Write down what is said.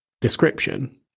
description